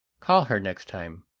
call her next time,